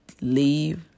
Leave